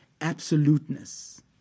absoluteness